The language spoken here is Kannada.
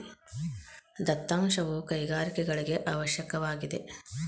ದತ್ತಾಂಶವು ಕೈಗಾರಿಕೆಗಳಿಗೆ ಅವಶ್ಯಕವಾಗಿದೆ